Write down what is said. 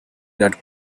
that